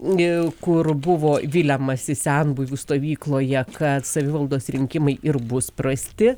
gi kur buvo viliamasi senbuvių stovykloje kad savivaldos rinkimai ir bus prasti